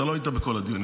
אתה לא היית בכל הדיונים,